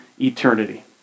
eternity